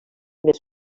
més